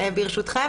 ברשותכם,